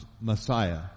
Messiah